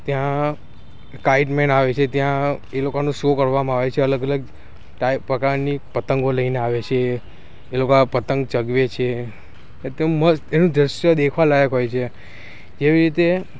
ત્યાં kite man આવે છે ત્યાં એ લોકોનો શો કરવામાં આવે છે અલગ અલગ ટાઈપ પ્રકારની પતંગો લઈને આવે છે એ લોકા પતંગ ચગાવે છે એકદમ મસ્ત એનું દ્રશ્ય દેખવા લાયક હોય છે એવી રીતે